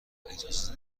اجازه